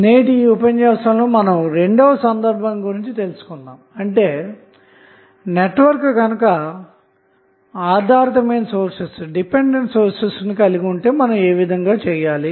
నేటి ఉపన్యాసంలో రెండవ సందర్భం గురించి తెలుసుకొందాము అంటే నెట్వర్క్ గనుక ఆధారితమైన సోర్స్ లు కలిగి ఉంటే ఏమి చేయాలి